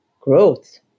growth